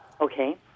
Okay